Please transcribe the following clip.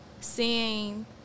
seeing